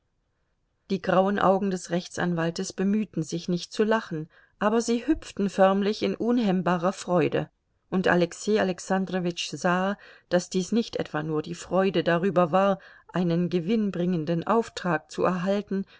die grauen augen des rechtsanwaltes bemühten sich nicht zu lachen aber sie hüpften förmlich in unhemmbarer freude und alexei alexandrowitsch sah daß dies nicht etwa nur die freude darüber war einen gewinnbringenden auftrag zu erhalten